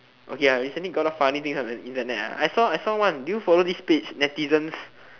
okay ah recently got a lot funny things on the internet ah I saw I saw one do you follow this page netizens